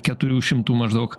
keturių šimtų maždaug